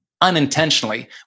unintentionally